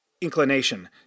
inclination